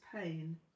pain